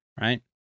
Right